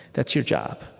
that's your job,